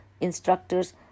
instructors